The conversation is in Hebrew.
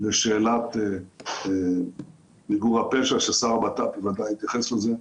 לשאלת מיגור הפשע, ששר הבט"פ בוודאי יתייחס לזה,